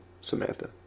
Samantha